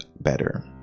better